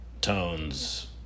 tones